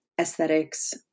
aesthetics